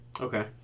Okay